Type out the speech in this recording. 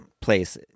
place